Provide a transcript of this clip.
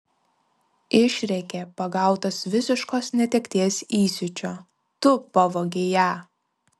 išrėkė pagautas visiškos netekties įsiūčio tu pavogei ją